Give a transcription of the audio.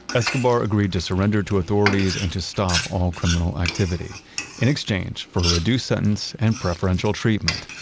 escobar agreed to surrender to authorities and to stop all criminal activity in exchange for a reduced sentence and preferential treatment,